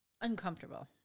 uncomfortable